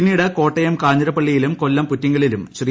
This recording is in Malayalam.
പിന്നീട് കോട്ടയം കാഞ്ഞിരപ്പള്ളിയിലും കൊല്ലം പുറ്റിങ്ങലിലും ശ്രീ